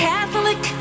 Catholic